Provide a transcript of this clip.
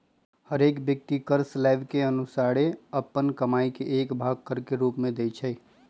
हरेक व्यक्ति कर स्लैब के अनुसारे अप्पन कमाइ के एक भाग कर के रूप में देँइ छै